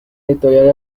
editorial